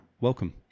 welcome